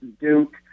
Duke